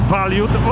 valued